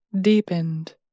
deepened